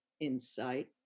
insight